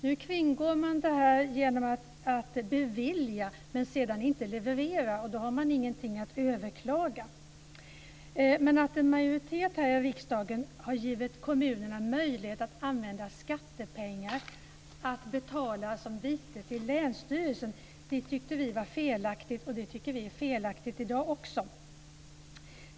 Nu kringgås beslutet genom att kommunerna beviljar men sedan inte levererar. Då finns inget att överklaga. En majoritet här i riksdagen har givit kommunerna möjlighet att använda skattepengar att betala som vite till länsstyrelsen. Det tyckte vi var felaktigt, och det tycker vi i dag också.